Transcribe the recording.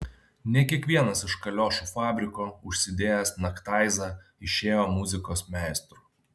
ne kiekvienas iš kaliošų fabriko užsidėjęs naktaizą išėjo muzikos meistru